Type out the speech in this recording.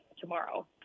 tomorrow